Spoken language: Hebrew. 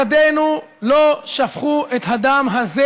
ידינו לא שפכו את הדם הזה,